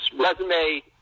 resume